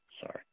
Sorry